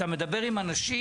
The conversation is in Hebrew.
אתה מדבר עם אנשים,